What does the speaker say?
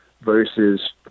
versus